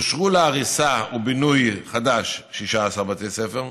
אושרו להריסה ובינוי חדש: 16 בתי ספר,